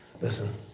Listen